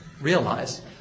realize